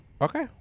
Okay